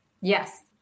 Yes